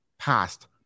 Past